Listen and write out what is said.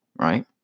right